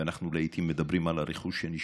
ואנחנו לעיתים מדברים על הרכוש שנשאר.